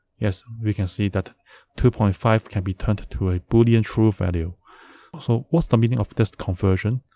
yes, we can see that two point five can be turned to a boolean true value so what's the meaning of this conversion?